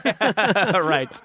Right